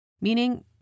meaning